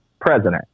president